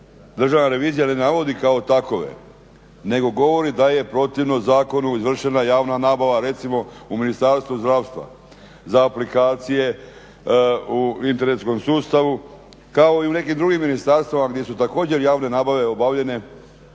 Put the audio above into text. državna revizija ne navodi kao takove nego govori da je protivno zakonu izvršena javna nabava recimo u Ministarstvu zdravstva za aplikacije u internetskom sustavu kao i u nekim drugim ministarstvima gdje su također javne nabave obavljene